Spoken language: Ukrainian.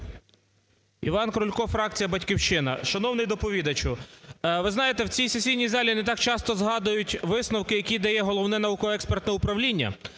Іван Крулько, фракція "Батьківщина". Шановний доповідачу, ви знаєте, в цій сесійній залі не так часто згадують висновки, які дає Головне науково-експертне управління.